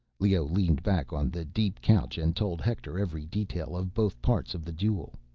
leoh leaned back on the deep couch and told hector every detail of both parts of the duel.